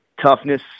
toughness